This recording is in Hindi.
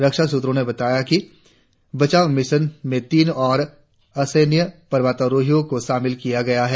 रक्षा सूत्रों ने बताया कि बचाव मिशन में तीन और असैन्य पर्वतारोहियों को शामिल किया गया है